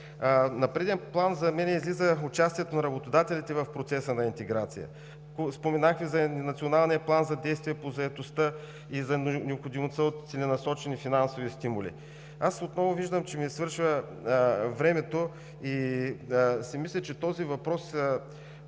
На преден план за мен излиза участието на работодателите в процеса на интеграция. Споменах Ви за Националния план за действие по заетостта и за необходимостта от целенасочени финансови стимули. Отново виждам, че ми свършва времето и си мисля, че този въпрос